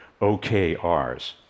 OKRs